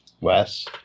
Wes